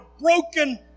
broken